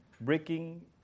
Breaking